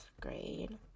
grade